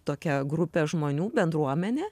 tokią grupę žmonių bendruomenę